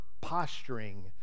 posturing